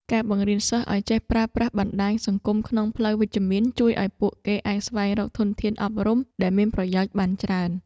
ការបង្រៀនសិស្សឱ្យចេះប្រើប្រាស់បណ្តាញសង្គមក្នុងផ្លូវវិជ្ជមាន ជួយឱ្យពួកគេអាចស្វែងរកធនធានអប់រំដែលមានប្រយោជន៍បានច្រើន។